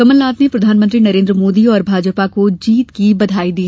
कमलनाथ ने प्रधानमंत्री नरेंद्र मोदी और भाजपा को जीत की बधाई दी